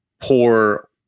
poor